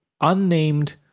unnamed